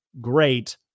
great